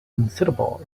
unsuitable